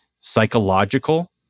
psychological